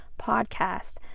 podcast